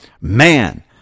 man